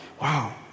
Wow